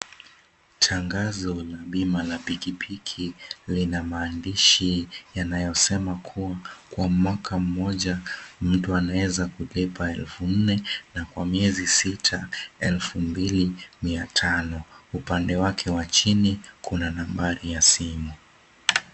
Tangazo la bima la pikipiki lina maandishi yanayosema kuwa kwa mwaka mmoja mtu anaweza kulipa elfu nne na kwa miezi sita elfu mbili mia tano upande wake wa chini kuna nambari ya simu.